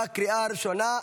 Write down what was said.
בקריאה הראשונה.